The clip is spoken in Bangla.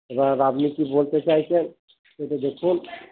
এবার আপনি কি বলতে চাইছেন সেটা দেখুন